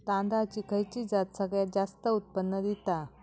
तांदळाची खयची जात सगळयात जास्त उत्पन्न दिता?